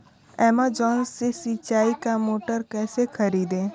Amazon से सिंचाई का मोटर कैसे खरीदें?